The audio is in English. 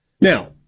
Now